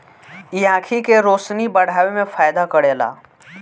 इ आंखी के रोशनी बढ़ावे में फायदा करेला